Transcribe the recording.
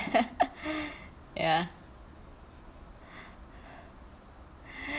ya